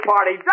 Party